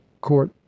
court